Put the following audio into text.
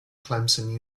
clemson